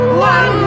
one